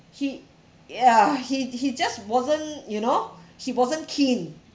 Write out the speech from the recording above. he ya he he just wasn't you know he wasn't keen